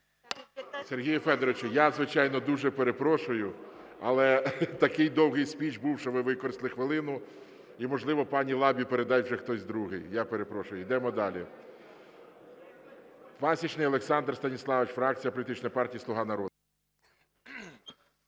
Сергій Федорович, я звичайно дуже перепрошую, але такий довгий спіч був, що ви використали хвилину і, можливо, пану Лабі передасть вже хтось другий. Я перепрошую, йдемо далі. Пасічний Олександр Станіславович, фракція політичної партії "Слуга народу"